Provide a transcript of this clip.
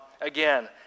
again